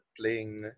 playing